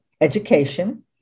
education